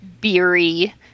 beery